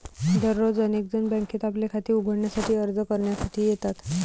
दररोज अनेक जण बँकेत आपले खाते उघडण्यासाठी अर्ज करण्यासाठी येतात